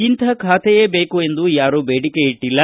ಇಂಥ ಖಾತೆಯೇ ಬೇಕು ಎಂದು ಯಾರೂ ಬೇಡಿಕೆ ಇಟ್ಟಲ್ಲ